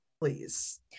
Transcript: Please